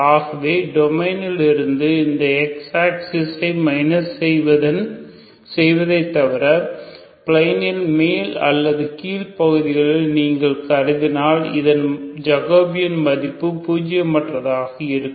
ஆகவே டொமைன் லிருந்து இந்த x axis மைனஸ் செய்வதை தவிர பிளேனில் மேல் அல்லது கீழ் பகுதிகளில் நீங்கள் கருதினால் இதன் ஜகோபியன் மதிப்பு பூஜ்யம் அற்றதாக இருக்கும்